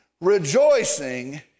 rejoicing